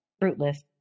fruitless